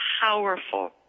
powerful